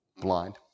blind